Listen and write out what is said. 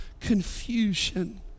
confusion